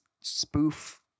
spoof